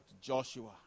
Joshua